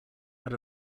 out